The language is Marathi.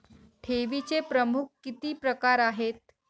ठेवीचे प्रमुख किती प्रकार आहेत?